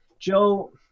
Joe